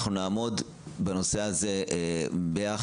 אנחנו נעמוד בנושא הזה ביחד,